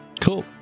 Cool